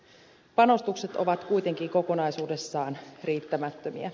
panostukset ovat kuitenkin kokonaisuudessaan riittämättömiä